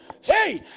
Hey